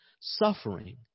suffering